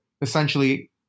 essentially